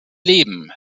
leben